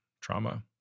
trauma